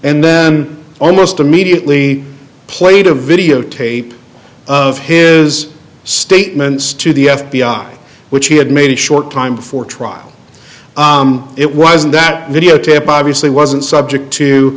and then almost immediately played a video tape of his statements to the f b i which he had made a short time before trial it was in that videotape obviously wasn't subject to